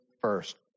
first